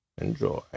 Enjoy